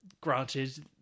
Granted